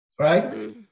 right